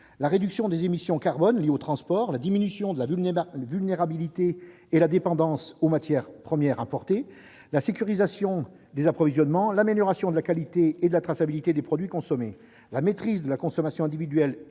la réduction des émissions de carbone liées aux transports ; la diminution de la vulnérabilité et de la dépendance aux matières premières importées ; la sécurisation des approvisionnements ; l'amélioration de la qualité et de la traçabilité des produits consommés ; la maîtrise de la consommation individuelle